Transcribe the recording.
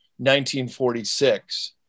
1946